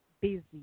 Busy